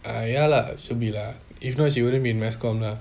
ah ya lah should be lah if not she wouldn't be in mass comm lah